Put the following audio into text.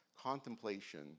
contemplation